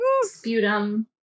sputum